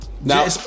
Now